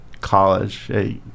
college